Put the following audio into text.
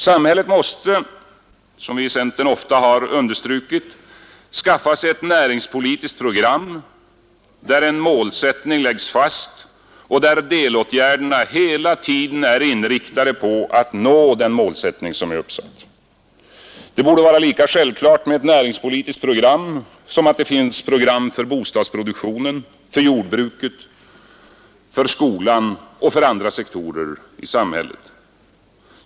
Samhället måste — som vi i centern ofta understukit — skaffa sig ett näringspolitiskt program, där en målsättning läggs fast och där delåtgärderna hela tiden är inriktade på att nå den målsättning som är uppsatt. Det borde vara lika självklart med ett näringspolitiskt program som att det finns program för bostadsproduktionen, för jordbruket, för skolan och för andra sektorer i samhället.